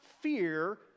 fear